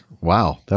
wow